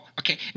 Okay